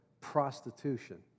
prostitution